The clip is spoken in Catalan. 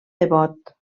devot